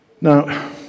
Now